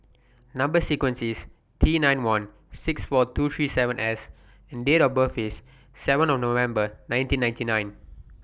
Number sequence IS T nine one six four two three seven S and Date of birth IS seven November nineteen ninety nine